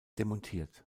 demontiert